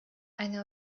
eine